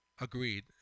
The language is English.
Agreed